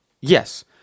Yes